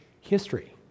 history